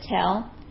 tell